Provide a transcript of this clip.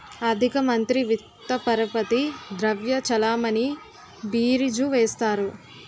ఆర్థిక మంత్రి విత్త పరపతి ద్రవ్య చలామణి బీరీజు వేస్తారు